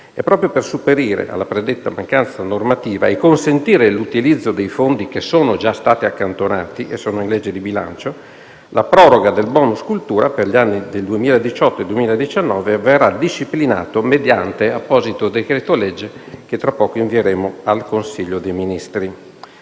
Proprio per sopperire alla predetta mancanza normativa e consentire l'utilizzo dei fondi che sono già stati accantonati e sono in legge di bilancio, la proroga del *bonus* cultura per gli anni 2018 e 2019 verrà disciplinata mediante apposito decreto-legge, che a breve invieremo al Consiglio dei ministri.